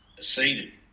Seated